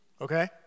Okay